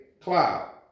cloud